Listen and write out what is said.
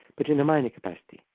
but in a minor capacity.